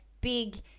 big